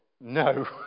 no